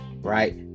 right